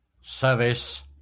service